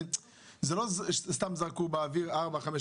זה לא שסתם זרקו באוויר מספרים.